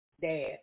dad